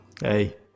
Hey